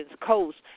coast